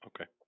okay